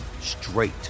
straight